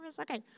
Okay